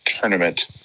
tournament